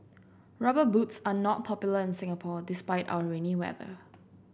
rubber boots are not popular in Singapore despite our rainy weather